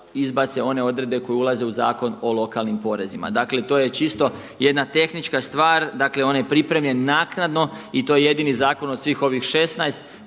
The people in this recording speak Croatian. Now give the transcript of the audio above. izbace one odredbe koje ulaze u Zakon o lokalnim porezima. Dakle, to je čisto jedna tehnička stvar. Dakle, on je pripremljen naknadno i to je jedini zakon od svih ovih 16